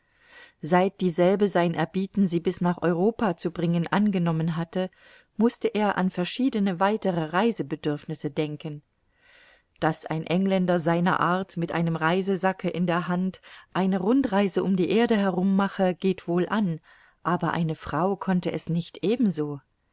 seit dieselbe sein erbieten sie bis nach europa zu bringen angenommen hatte mußte er an verschiedene weitere reisebedürfnisse denken daß ein engländer seiner art mit einem reisesacke in der hand eine rundreise um die erde herum mache geht wohl an aber eine frau konnte es nicht ebenso